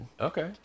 Okay